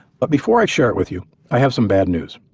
but before i share it with you i have some bad news.